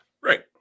right